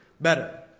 better